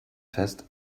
fest